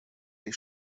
die